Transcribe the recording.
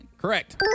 Correct